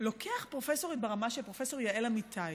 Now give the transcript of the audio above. לוקח פרופסורית ברמה של פרופ' יעל אמיתי,